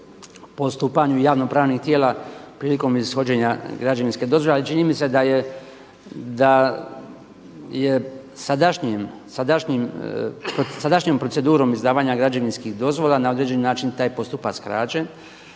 postupanju javno pravnih tijela prilikom ishođenja građevinske dozvole ali čini mi se da je pod sadašnjom procedurom izdavanja građevinskih dozvola na određeni način taj postupak skraćen,